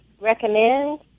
recommend